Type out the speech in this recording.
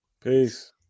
peace